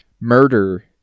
murder